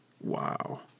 Wow